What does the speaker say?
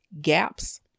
gaps